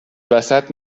وسط